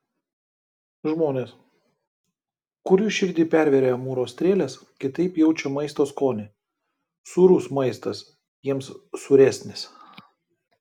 žmonės kurių širdį pervėrė amūro strėlės kitaip jaučią maisto skonį sūrus maistas jiems sūresnis